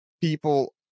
People